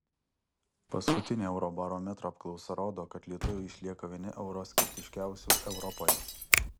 paskutinė eurobarometro apklausa rodo kad lietuviai išlieka vieni euroskeptiškiausių europoje